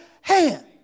hand